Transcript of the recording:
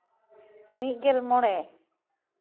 ᱢᱤᱫᱜᱮᱞ ᱢᱚᱬᱮ